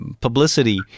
publicity